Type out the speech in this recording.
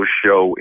show